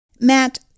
Matt